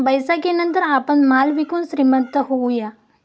बैसाखीनंतर आपण माल विकून श्रीमंत होऊया